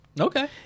Okay